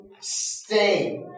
stay